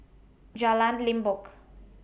Jalan Limbok